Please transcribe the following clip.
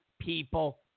people